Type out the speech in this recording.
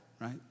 right